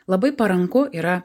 labai paranku yra